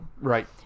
Right